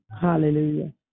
Hallelujah